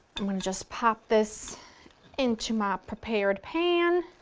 i mean just pop this into my prepared pan.